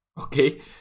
okay